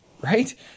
right